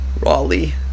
Raleigh